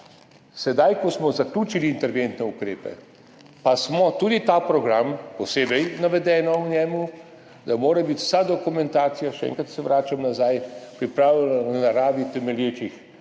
Sedaj ko smo zaključili interventne ukrepe, pa smo tudi ta v program, posebej je navedeno v njem, da mora biti vsa dokumentacija, še enkrat se vračam, pripravljena na naravi temelječih